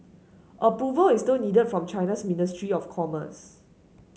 approval is still needed from China's ministry of commerce